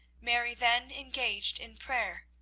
mary then engaged in prayer.